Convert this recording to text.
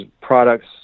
products